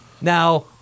Now